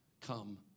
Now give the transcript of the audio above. come